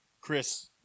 Chris